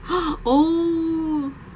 !huh! oh